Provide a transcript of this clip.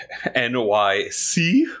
NYC